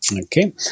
okay